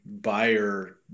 buyer